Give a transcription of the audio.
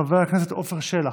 חבר הכנסת עפר שלח,